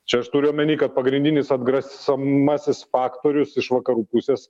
čia aš turiu omeny kad pagrindinis atgrasomasis faktorius iš vakarų pusės